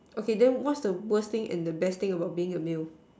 okay then what's the worst thing and best thing about being a male